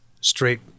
straight